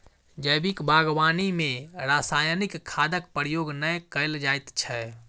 जैविक बागवानी मे रासायनिक खादक प्रयोग नै कयल जाइत छै